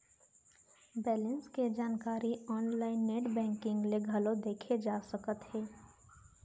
balance के जानकारी online net banking ले घलौ देखे जा सकत हे